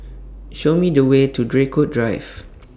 Show Me The Way to Draycott Drive